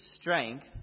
strength